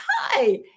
hi